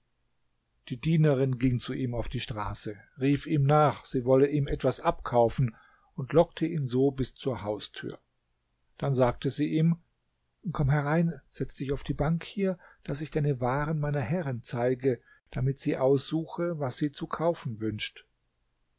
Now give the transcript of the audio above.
die dienerin ging zu ihm auf die straße rief ihm nach sie wollte ihm etwas abkaufen und lockte ihn so bis zur haustür dann sagte sie ihm komm herein setze dich auf die bank hier daß ich deine waren meiner herrin zeige damit sie aussuche was sie zu kaufen wünscht